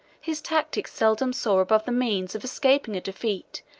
his tactics seldom soar above the means of escaping a defeat,